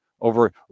over